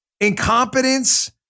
incompetence